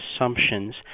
assumptions